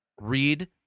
read